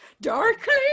darkly